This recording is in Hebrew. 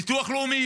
יותר ביטוח לאומי,